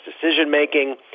decision-making